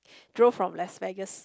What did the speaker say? drove from Las Vegas